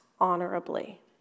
honorably